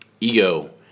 Ego